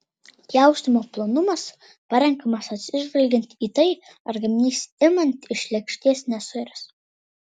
pjaustymo plonumas parenkamas atsižvelgiant į tai ar gaminys imant iš lėkštės nesuirs